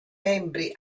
membri